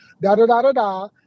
da-da-da-da-da